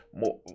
more